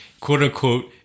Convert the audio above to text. quote-unquote